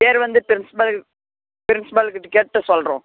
பேரு வந்து principal principal கிட்ட கேட்டு சொல்கிறோம்